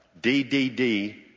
DDD